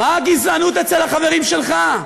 מה הגזענות אצל החברים שלך?